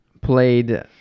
played